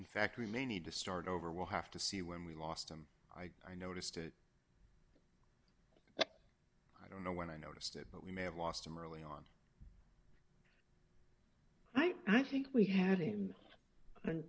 in fact we may need to start over we'll have to see when we lost him i i noticed it i don't know when i noticed it but we may have lost him early on i think we had him